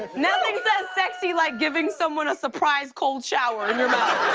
nothing says sexy like giving someone a surprise cold shower in your mouth.